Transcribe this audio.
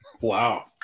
Wow